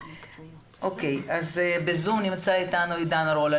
אז בזום נמצא איתנו עידן רול,